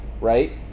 right